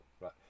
right